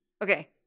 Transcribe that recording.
Okay